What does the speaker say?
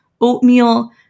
oatmeal